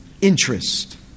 Interest